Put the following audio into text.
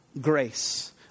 grace